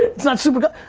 it's not super comp,